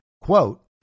quote